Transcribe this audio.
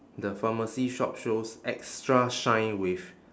the pharmacy shop shows extra shine with